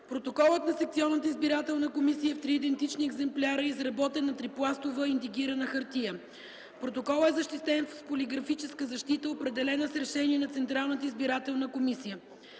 Протоколът на секционната избирателна комисия е в три идентични екземпляра и е изработен на трипластова индигирана хартия. Протоколът е защитен с полиграфическа защита, определена с решение на Централната избирателна комисия.